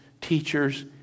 teachers